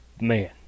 Man